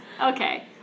Okay